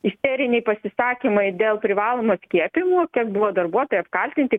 isteriniai pasisakymai dėl privalomo skiepijimo tiek buvo darbuotojai apkaltinti